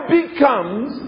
becomes